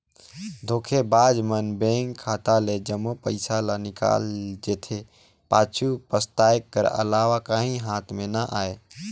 धोखेबाज मन बेंक खाता ले जम्मो पइसा ल निकाल जेथे, पाछू पसताए कर अलावा काहीं हाथ में ना आए